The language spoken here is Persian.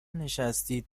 نشستید